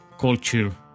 culture